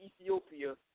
Ethiopia